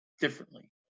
differently